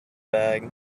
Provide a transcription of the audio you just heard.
bag